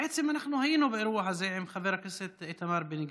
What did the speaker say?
בעצם אנחנו היינו באירוע הזה עם חבר הכנסת איתמר בן גביר.